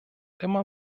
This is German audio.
immer